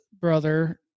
brother